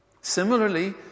Similarly